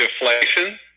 Deflation